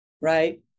right